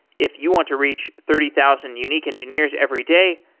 if you want to reach thirty thousand unique engineers every day,